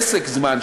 פסק זמן,